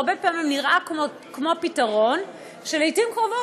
הרבה פעמים זה נראה כמו פתרון ולעתים קרובות